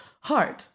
hard